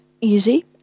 easy